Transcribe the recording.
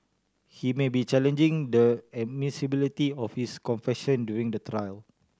he may be challenging the admissibility of his confession during the trial